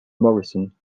morrison